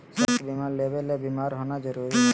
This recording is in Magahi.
स्वास्थ्य बीमा लेबे ले बीमार होना जरूरी हय?